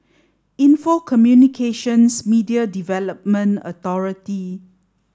Info Communications Media Development Authority